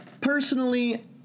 personally